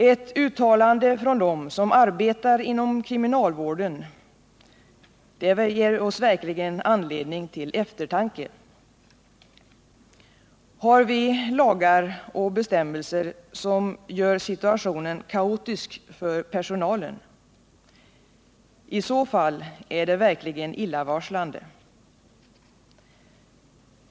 Ett sådant uttalande från dem som arbetar inom kriminalvården ger verkligen anledning till eftertanke. Har vi lagar och bestämmelser som gör situationen kaotisk för personalen? I så fall är det verkligen illavarslande.